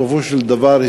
בסופו של דבר,